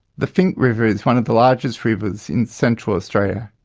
the finke river is one of the largest rivers in central australia.